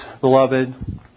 beloved